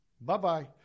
Bye-bye